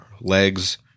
legs